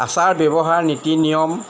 আচাৰ ব্যৱহাৰ নীতি নিয়ম